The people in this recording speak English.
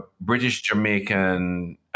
British-Jamaican